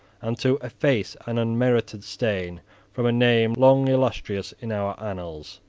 and to efface an unmerited stain from a name long illustrious in our annals.